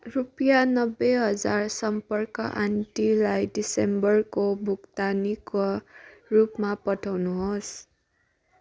रुपियाँ नब्बे हजार सम्पर्क आन्टीलाई दिसम्बरको भुक्तानीको रूपमा पठाउनुहोस्